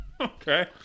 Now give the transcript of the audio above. Okay